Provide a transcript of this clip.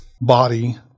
body